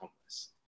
homeless